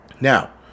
Now